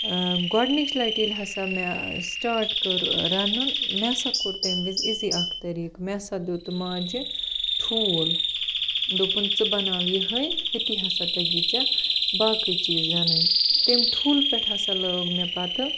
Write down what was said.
ٲں گۄڈنِچۍ لَٹہِ ییٚلہِ ہَسا مےٚ سِٹارٹ کٔر رَنُن مےٚ ہَسا کوٚر تَمہِ وِزِۍ ایٖزی اکھ طریٖقہٕ مےٚ ہَسا دیٛت ماجہِ ٹھوٗل دوٚپُن ژٕ بَناو یِہٲے أتی ہَسا تَگی ژےٚ باقٕے چیٖز رَنٕنۍ تٔمۍ ٹھوٗلہٕ پٮ۪ٹھ ہَسا لوگ مےٚ پَتہٕ